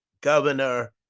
governor